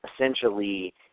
essentially